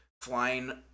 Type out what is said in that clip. flying